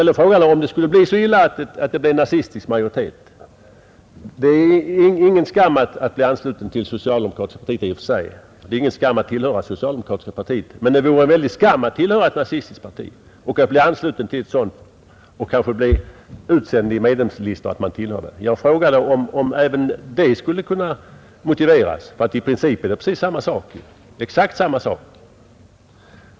Jag frågade hur det skulle bli om det gick så illa att det blev en nazistisk majoritet i något fackförbund. Det är ingen skam att bli ansluten till det socialdemokratiska partiet i och för sig, och det är ingen skam att tillhöra det socialdemokratiska partiet. Men det vore en väldig skam att bli ansluten till ett nazistiskt parti och att det utsänds medlemslistor som visar att man tillhör det. Jag frågade om även det skulle kunna motiveras. I princip är det exakt samma sak.